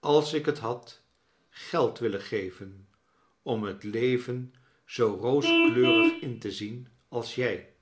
als ik net had geld willen geven om het leven zoo rooskleurig in te zien als jij